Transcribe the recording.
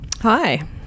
Hi